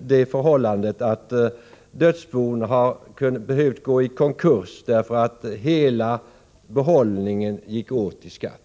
det förhållandet att dödsbon har behövt gå i konkurs, därför att hela behållningen har gått i skatt.